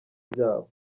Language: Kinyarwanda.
byabo